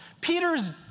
Peter's